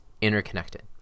interconnected